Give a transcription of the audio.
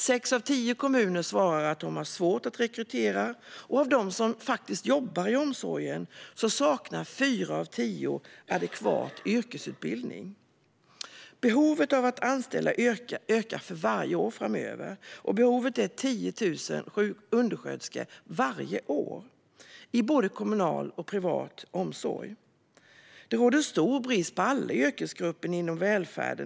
Sex av tio kommuner svarar att de har svårt att rekrytera, och bland dem som jobbar i omsorgen saknar fyra av tio adekvat yrkesutbildning. Behovet av att anställa ökar för varje år framöver, och behovet är 10 000 undersköterskor varje år i både kommunal och privat omsorg. Det råder stor brist i alla yrkesgrupper inom välfärden.